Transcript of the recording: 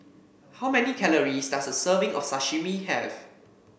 how many calories does a serving of Sashimi have